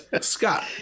Scott